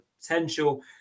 potential